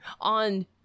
on